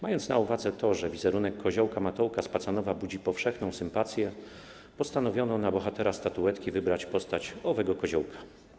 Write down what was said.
Mając na uwadze to, że wizerunek Koziołka Matołka z Pacanowa budzi powszechną sympatię, postanowiono na bohatera statuetki wybrać postać owego koziołka.